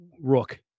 Rook